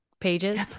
pages